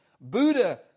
Buddha